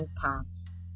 paths